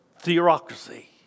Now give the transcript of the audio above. theocracy